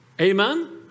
Amen